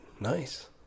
Nice